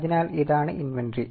അതിനാൽ ഇതാണ് ഇൻവെന്ററി